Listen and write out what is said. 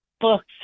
books